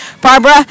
Barbara